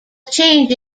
change